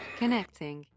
connecting